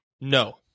No